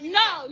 no